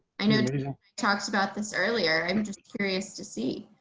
i know talks about this earlier. i'm just curious to see